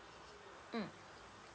mm